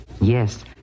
Yes